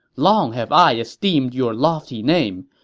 long have i esteemed your lofty name,